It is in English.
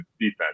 defense